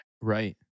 Right